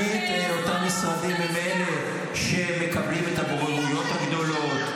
תמיד אותם משרדים הם אלה שמקבלים את הבוררויות הגדולות,